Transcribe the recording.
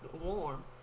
warm